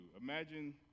imagine